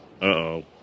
Uh-oh